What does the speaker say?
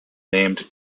named